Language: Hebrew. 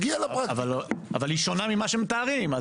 אבל היא שונה ממה שמתארים.